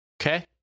Okay